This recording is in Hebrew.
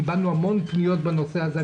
קיבלנו המון פניות בנושא הזה.